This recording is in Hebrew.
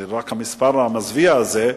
שרק המספר המזוויע הזה,